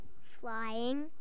Flying